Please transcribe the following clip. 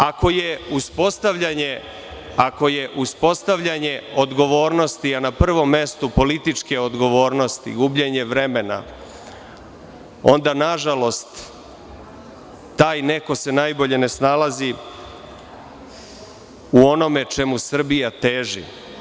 Ako je uspostavljanje odgovornosti, a na prvom mestu političke odgovornosti, gubljenje vremena, onda nažalost taj neko se najbolje ne snalazi u onome čemu Srbija teži.